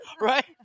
Right